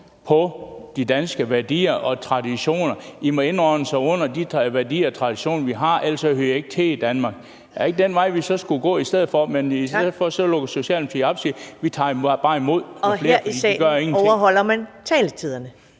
på de danske værdier og traditioner, og I må indordne jer under de værdier og traditioner, vi har, ellers hører I ikke til i Danmark? Er det ikke den vej, vi skulle gå? Men i stedet lukker Socialdemokratiet op og siger: Vi tager bare imod. Kl. 10:58 Første næstformand (Karen